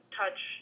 touch